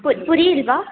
ಪುರ್ ಪುರಿ ಇಲ್ಲವಾ